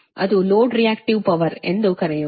ಇದು load reactive power ಎಂದು ಕರೆಯುವುದು